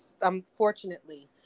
unfortunately